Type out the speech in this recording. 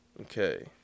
Okay